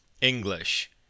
English